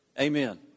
Amen